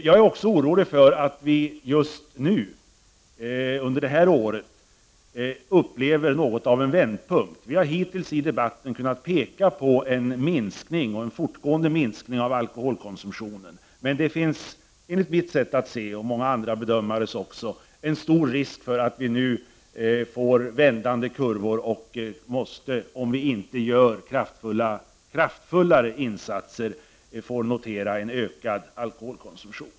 Jag är också orolig för att vi just under det här året upplever något av en vändpunkt. Vi har hittills i debatten kunnat peka på en fortgående minskning av alkoholkonsumtionen. Men enligt mitt sätt att se, och enligt många andra bedömare, finns nu en stor risk för att vi får vändande kurvor. Om vi inte gör kraftfullare insatser kommer vi att få notera en ökad alkoholkonsumtion.